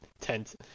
tent